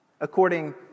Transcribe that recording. according